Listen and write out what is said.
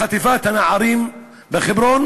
בחטיפת הנערים בחברון?